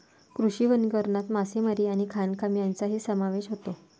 कृषी वनीकरणात मासेमारी आणि खाणकाम यांचाही समावेश होतो